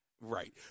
right